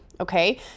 okay